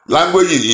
Language